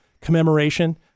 commemoration